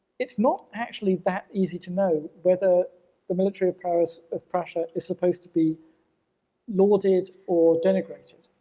it's not actually that easy to know whether the military powers of prussia is supposed to be lauded or denigrated.